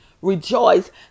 rejoice